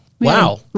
Wow